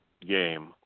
game